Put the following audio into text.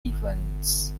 events